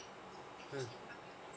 mm